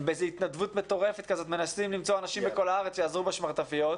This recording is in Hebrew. בהתנדבות מטורפת מנסים למצוא אנשים בכל הארץ כדי שיעזרו בשמרטפיות.